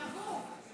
נבוב.